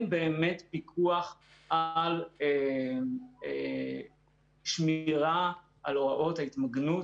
באמת פיקוח על השמירה על הוראות ההתמגנות,